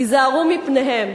היזהרו מפניהם.